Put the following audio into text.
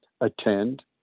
attend